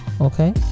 Okay